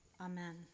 Amen